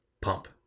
pump